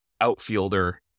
outfielder